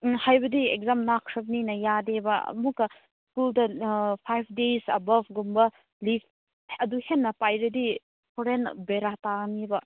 ꯎꯝ ꯍꯥꯏꯕꯗꯤ ꯑꯦꯛꯖꯥꯝ ꯂꯥꯛꯈ꯭ꯔꯕꯅꯤꯅ ꯌꯥꯗꯦꯕ ꯑꯃꯨꯛꯀ ꯁ꯭ꯀꯨꯜꯗ ꯑꯥ ꯐꯥꯏꯚ ꯗꯦꯁ ꯑꯕꯞ ꯀꯨꯝꯕ ꯂꯤꯐ ꯑꯗꯨ ꯍꯦꯟꯅ ꯄꯥꯏꯔꯗꯤ ꯍꯣꯔꯦꯟ ꯕꯦꯔꯥ ꯇꯥꯅꯤꯕ